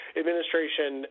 administration